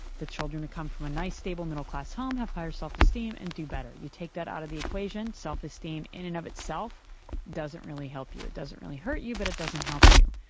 the children who come from a nice stable middle-class home have higher self-esteem and do better. you take that out of the equation, self-esteem in and of itself doesn't really help you. it doesn't really hurt you but it doesn't help you.